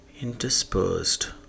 interspersed